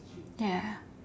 ya